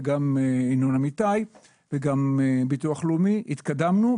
גם ינון אמיתי וגם ביטוח לאומי - התקדמנו.